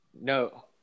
No